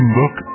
look